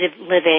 living